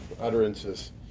utterances